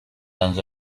dans